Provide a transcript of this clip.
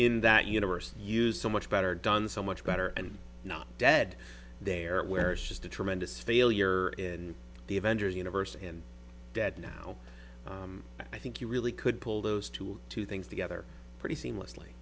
in that universe use so much better done so much better and not dead there where it's just a tremendous failure in the avengers universe and dead now i think you really could pull those two two things together pretty seamles